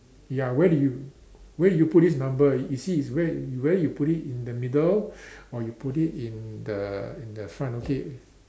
ya where do you where do you put this number you see is where where you put it in the middle or you put in the in the front okay